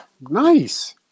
Nice